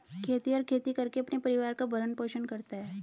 खेतिहर खेती करके अपने परिवार का भरण पोषण करता है